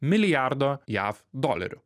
milijardo jav dolerių